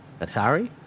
Atari